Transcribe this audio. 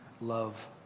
love